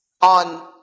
on